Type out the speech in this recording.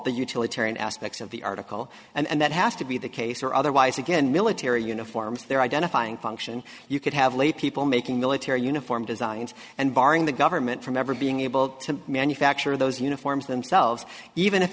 the utilitarian aspects of the article and that has to be the case or otherwise again military uniforms they're identifying function you could have lay people making military uniform designs and barring the government from ever being able to manufacture those uniforms themselves even if